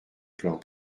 plan